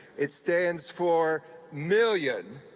it stands for million,